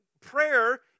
prayer